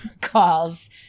calls